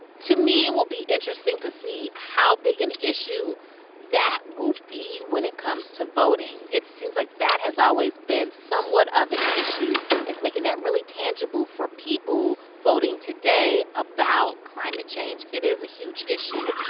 to me, it will be interesting to see how big an issue that will be when it comes to voting. it seems like that has always been somewhat of an issue is making that really tangible for people voting today about climate change. it is a huge issue.